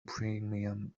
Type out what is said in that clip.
premium